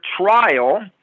trial